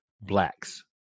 Blacks